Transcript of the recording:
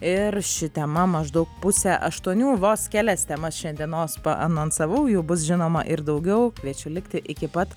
ir ši tema maždaug pusę aštuonių vos kelias temas šiandienos paanonsavau jų bus žinoma ir daugiau kviečiu likti iki pat